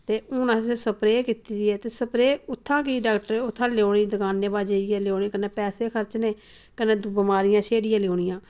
ते हुन अस स्प्रे कीती दी ऐ ते स्प्रे उत्थां कि उत्थां लैओ एह् दकानें परां लैैओ जी कन्नै पैसे खर्चने ते कन्नै बमरियां छेड़ियै लेई औनियां